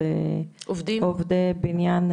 לא ברגע האחרון,